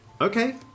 Okay